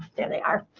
there they are.